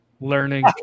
Learning